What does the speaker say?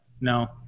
No